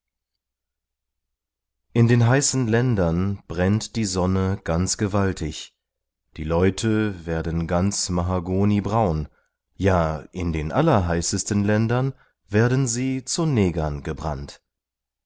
in den heißen ländern brennt die sonne ganz gewaltig die leute werden ganz mahagonibraun ja in den allerheißesten ländern werden sie zu negern gebrannt